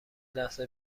لحظه